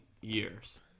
years